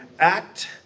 Act